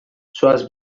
zoaz